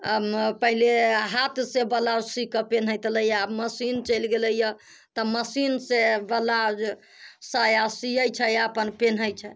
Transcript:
पहिले हाथ से ब्लाउज सी कऽ पिनहैत एलैया आब मशीन चलि गेलैया तऽ मशीन से ब्लाउज साया सियैत छै अपन पिनहइत छै